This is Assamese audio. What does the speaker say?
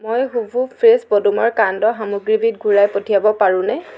মই হুভু ফ্ৰেছ পদুমৰ কাণ্ড সামগ্ৰীবিধ ঘূৰাই পঠিয়াব পাৰোঁনে